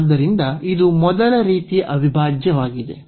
ಆದ್ದರಿಂದ ಇದು ಮೊದಲ ರೀತಿಯ ಅವಿಭಾಜ್ಯವಾಗಿದೆ